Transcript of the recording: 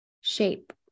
shape